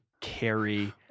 carry